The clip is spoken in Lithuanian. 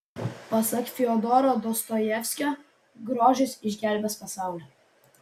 pasak fiodoro dostojevskio grožis išgelbės pasaulį